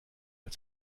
als